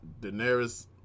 Daenerys